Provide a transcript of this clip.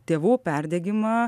tėvų perdegimą